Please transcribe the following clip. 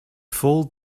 fold